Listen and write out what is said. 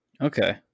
Okay